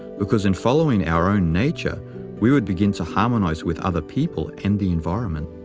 because in following our own nature we would begin to harmonize with other people and the environment.